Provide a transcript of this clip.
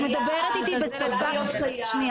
את מדברת איתי בשפה, שנייה.